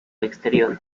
exterior